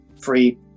free